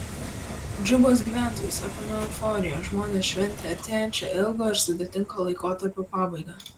džubos gyventojus apėmė euforija žmonės šventė artėjančią ilgo ir sudėtingo laikotarpio pabaigą